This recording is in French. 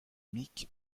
mick